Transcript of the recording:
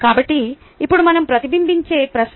కాబట్టి ఇప్పుడు మనం ప్రతిబింబించే ప్రశ్న